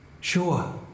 Sure